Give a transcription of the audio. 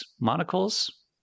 monocles